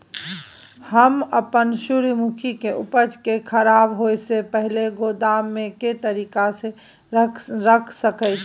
हम अपन सूर्यमुखी के उपज के खराब होयसे पहिले गोदाम में के तरीका से रयख सके छी?